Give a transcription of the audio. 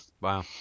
Wow